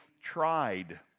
tried